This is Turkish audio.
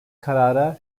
karara